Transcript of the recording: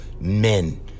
men